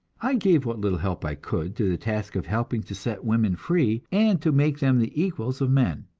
i gave what little help i could to the task of helping to set women free, and to make them the equals of men